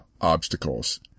obstacles